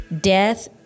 death